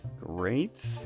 Great